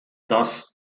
dass